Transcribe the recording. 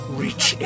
reach